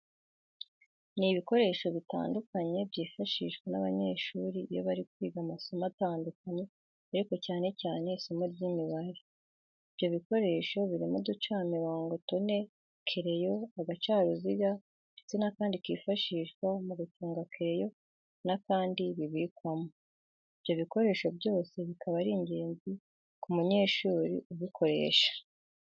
Ni ibikoresho bitandukanye byifashishwa n'abanyeshuri iyo bari kwiga amasomo atandukanye ariko cyane cyane isimo ry'Imibare. Ibyo bikoresho birimo uducamirongo tune, kereyo, ugacaruziga ndetse n'akandi kifashishwa mu guconga kereyo n'akandi bibikwamo. Ibyo bikoresho byose bikaba ari ingenzi ku munyeshuri ubikoresha.